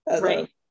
Right